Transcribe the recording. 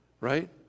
right